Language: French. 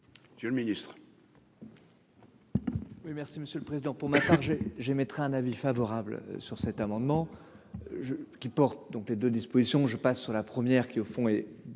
Monsieur le Ministre.